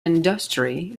industry